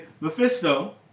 Mephisto